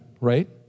right